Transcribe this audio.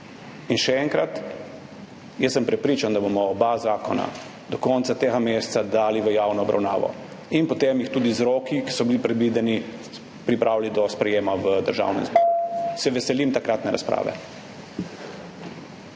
Še enkrat, jaz sem prepričan, da bomo oba zakona do konca tega meseca dali v javno obravnavo in potem jih tudi z roki, ki so bili predvideni, pripravili do sprejema v Državnem zboru. Se veselim takratne razprave.